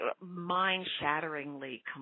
mind-shatteringly